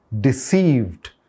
deceived